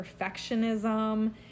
perfectionism